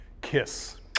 kiss